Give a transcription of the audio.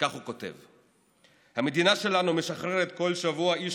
וכך הוא כותב: המדינה שלנו משחררת את כל שבוע איש